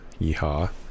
yeehaw